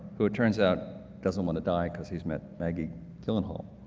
who it turns out doesn't want to die because he's met maggie gyllenhaal.